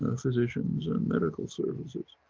ah physicians and medical services.